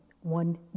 one